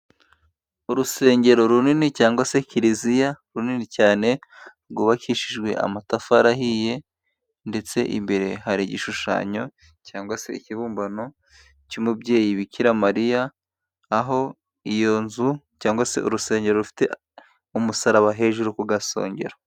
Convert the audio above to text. Urusengero runini cyangwa se kiliziya runini cyane, rwubakishijwe amatafari ahiye, ndetse imbere hari igishushanyo cyangwa se ikibumbano cy'umubyeyi Bikiramariya, aho iyo nzu cyangwa se urusengero rufite umusaraba hejuru ku gasongero.